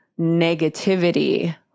negativity